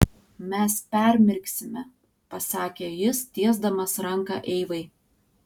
mes permirksime pasakė jis tiesdamas ranką eivai